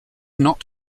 not